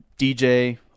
dj